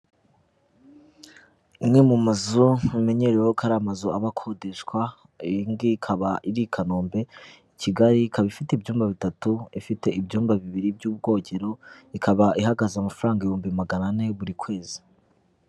Imwe mu mazu mumenyereweho ko ari amazu aba akodeshwa, iyi ngiyi ikaba iri i Kanombe, Kigali ikaba ifite ibyumba bitatu, ifite ibyumba bibiri by'ubwogero, ikaba ihagaze amafaranga ibihumbi magana ane buri kwezi.